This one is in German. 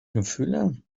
gefühle